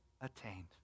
attained